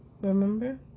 remember